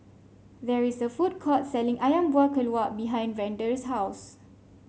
there is a food court selling ayam Buah Keluak behind Vander's house